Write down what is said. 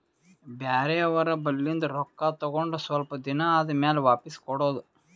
ಬ್ಯಾರೆ ಅವ್ರ ಬಲ್ಲಿಂದ್ ರೊಕ್ಕಾ ತಗೊಂಡ್ ಸ್ವಲ್ಪ್ ದಿನಾ ಆದಮ್ಯಾಲ ವಾಪಿಸ್ ಕೊಡೋದು